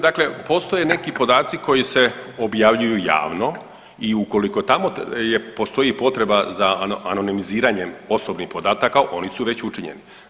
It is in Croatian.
Dakle, postoje neki podaci koji se objavljuju javno i ukoliko tamo postoji potreba za anonimiziranjem osobnih podataka oni su već učinjeni.